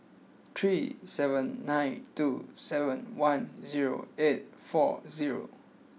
three seven nine two seven one zero eight four zero